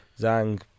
Zhang